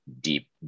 deep